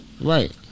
Right